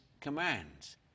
commands